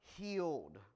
healed